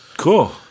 Cool